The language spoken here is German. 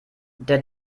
der